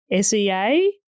sea